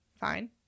Fine